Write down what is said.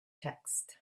texts